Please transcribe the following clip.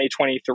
2023